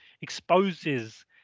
exposes